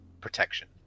protection